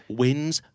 wins